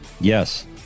Yes